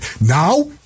Now